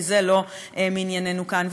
כי זה לא מענייננו כאן.